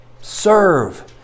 Serve